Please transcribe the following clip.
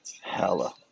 hella